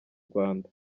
rwanda